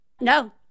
No